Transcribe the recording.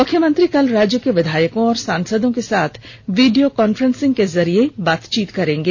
मुख्यमंत्री कल राज्य के विधायको और सांसदों के साथ वीडियो कॉन्फ्रेंसिंग के जरिये बात करेंगे